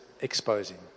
exposing